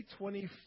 2024